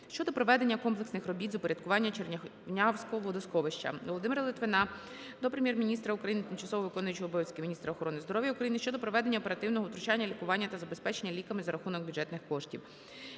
щодо проведення комплексних робіт з упорядкуванняЧернявського водосховища. Володимира Литвина до Прем'єр-міністра України, тимчасово виконуючої обов'язки міністра охорони здоров'я України щодо проведення оперативного втручання, лікування та забезпечення ліками за рахунок бюджетних коштів.